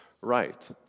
right